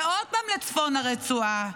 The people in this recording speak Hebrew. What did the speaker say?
ועוד פעם לצפון הרצועה,